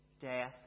death